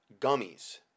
gummies